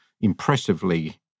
impressively